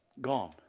Gone